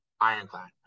Ironclad